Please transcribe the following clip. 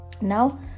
now